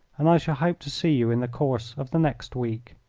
and i shall hope to see you in the course of the next week.